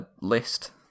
list